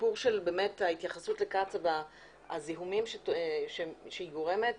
הסיפור של ההתייחסות לקצ"א והזיהומים שהיא גורמת